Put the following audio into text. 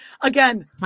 again